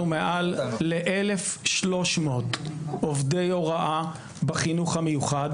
מעל ל-1,300 עובדי הוראה בחינוך המיוחד.